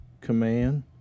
command